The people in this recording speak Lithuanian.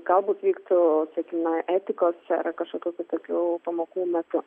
galbūt vyktų sakykim na etikos ar kažkokių kitokių pamokų metu